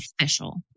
official